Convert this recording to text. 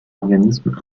organisme